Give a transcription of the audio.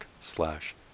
slash